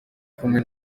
kumwe